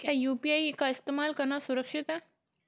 क्या यू.पी.आई का इस्तेमाल करना सुरक्षित है?